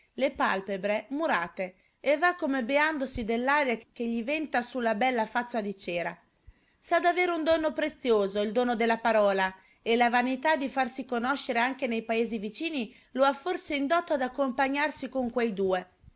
le palpebre murate e va come beandosi dell'aria che gli venta sulla bella faccia di cera sa d'avere un dono prezioso il dono della parola e la vanità di farsi conoscere anche nei paesi vicini lo ha forse indotto ad accompagnarsi con quei due